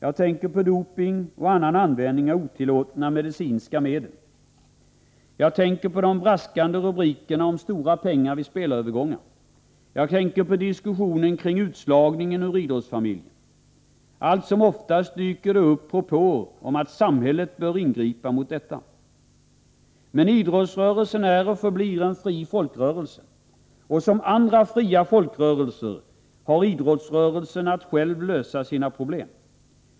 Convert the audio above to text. Jag tänker på doping och användandet av otillåtna medicinska medel. Jag tänker på de braskande rubrikerna om stora pengar vid spelarövergångar. Jag tänker på diskussionen om utslagning av idrottsfamiljer. Allt som oftast dyker det upp propåer om att samhället bör ingripa mot detta. Men idrottsrörelsen är och förblir en fri folkrörelse. Som andra fria folkrörelser har idrottsrörelsen att själv lösa sina problem.